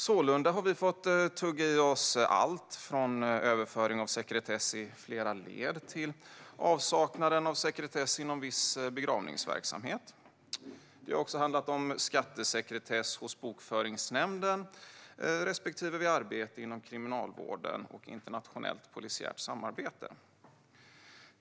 Sålunda har vi fått tugga i oss allt från överföring av sekretess i flera led till avsaknaden av sekretess inom viss begravningsverksamhet. Det har också handlat om skattesekretess hos Bokföringsnämnden och sekretessskydd vid arbete inom Kriminalvården och i internationellt polisiärt samarbete.